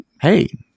hey